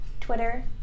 Twitter